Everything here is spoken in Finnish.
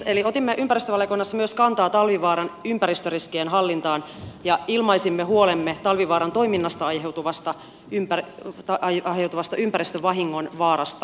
eli otimme ympäristövaliokunnassa myös kantaa talvivaaran ympäristöriskien hallintaan ja ilmaisimme huolemme talvivaaran toiminnasta aiheutuvasta ympäristövahingon vaarasta